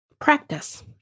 Practice